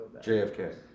JFK